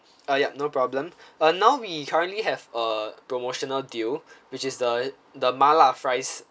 uh yup no problem uh now we currently have a promotional deal which is the the mala fries